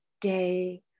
day